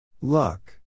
Luck